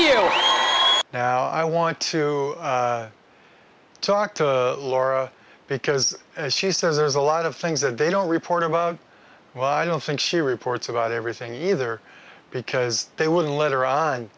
you now i want to talk to laura because as she says there's a lot of things that they don't report about well i don't think she reports about everything either because they wouldn't let